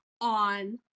on